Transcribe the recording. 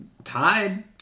Tied